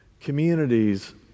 Communities